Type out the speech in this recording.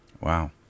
Wow